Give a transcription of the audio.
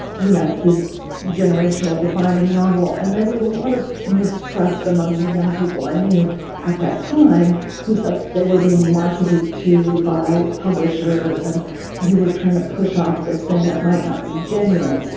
you know, this generational defining novel. and there was a lot of mistrust among the young people i knew at that time who felt that they were being marketed to by publishers and who were trying to push off this thing that might not be genuine.